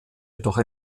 jedoch